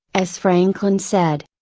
as franklin said.